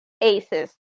aces